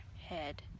head